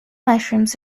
mushrooms